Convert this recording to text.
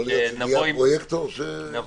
יכול להיות שזה יהיה הפרויקטור שבדרך?